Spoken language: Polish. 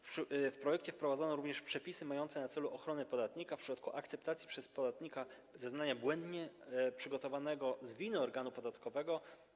W projekcie wprowadzono również przepisy mające na celu ochronę podatnika w przypadku akceptacji przez podatnika zeznania błędnie przygotowanego z winy organu podatkowego.